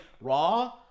Raw